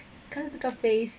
看那个 face